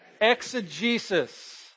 Exegesis